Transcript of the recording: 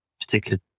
particular